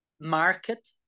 market